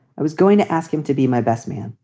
i was going to ask him to be my best man,